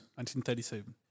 1937